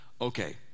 okay